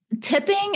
Tipping